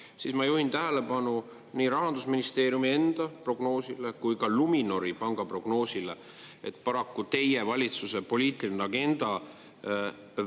siis ma juhin tähelepanu nii Rahandusministeeriumi enda prognoosile kui ka Luminori panga prognoosile, et paraku teie valitsuse poliitiline agenda pidurdab